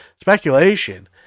Speculation